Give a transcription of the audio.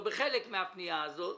או בחלק מהפנייה הזאת.